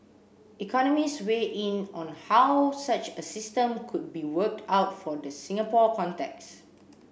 economists weighed in on how such a system could be worked out for the Singapore contexts